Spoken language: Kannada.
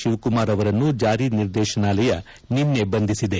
ಶಿವಕುಮಾರ್ ಅವರನ್ನು ಜಾರಿ ನಿರ್ದೇಶನಾಲಯ ನಿನ್ನೆ ಬಂಧಿಸಿದೆ